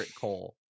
Cole